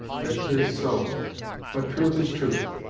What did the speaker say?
that tis so but truth is truth.